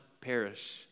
perish